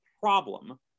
problem